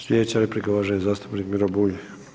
Slijedeća replika uvaženi zastupnik Miro Bulj.